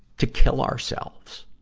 to kill ourselves,